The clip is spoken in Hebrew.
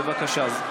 בבקשה.